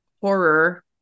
horror